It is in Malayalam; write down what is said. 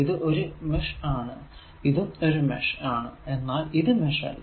ഇത് ഒരു മെഷ് ആണ് ഇതും ഒരു മെഷ് ആണ് എന്നാൽ ഇത് മെഷ് അല്ല